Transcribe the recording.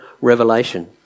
revelation